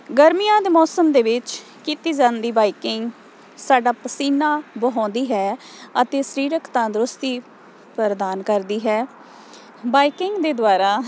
ਗਰਮੀਆਂ ਦੇ ਮੌਸਮ ਦੇ ਵਿੱਚ ਕੀਤੀ ਜਾਂਦੀ ਬਾਈਕਿੰਗ ਸਾਡਾ ਪਸੀਨਾ ਵਹਾਉਂਦੀ ਹੈ ਅਤੇ ਸਰੀਰਕ ਤੰਦਰੁਸਤੀ ਪ੍ਰਦਾਨ ਕਰਦੀ ਹੈ ਬਾਈਕਿੰਗ ਦੇ ਦੁਆਰਾ